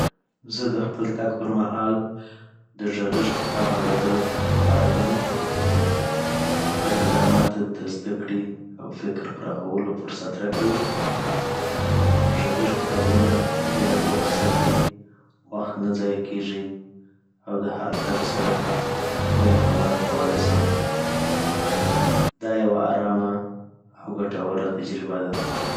زه د خپل تګ پر مهال د غږیږکتاب اورېدل غوره وکڼم ځکه دا ماته د زده‌کړې او فکر پراخولو فرصت راکوي غږیږ کتابونه ذهن بوخت ساتي، وخت نه ضایع کېږي، او د هر تګ سره نوې خبره زده کولی سم .دا یوه ارامه او ګټوره تجربه ده